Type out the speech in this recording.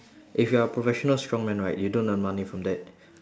if you are a professional strongman right you don't earn money from that